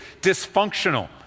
dysfunctional